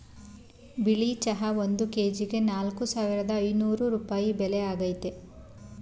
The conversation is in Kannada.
ಬಿಳಿ ಚಹಾ ಒಂದ್ ಕೆಜಿಗೆ ನಾಲ್ಕ್ ಸಾವಿರದ ಐನೂರ್ ರೂಪಾಯಿ ಬೆಲೆ ಆಗೈತೆ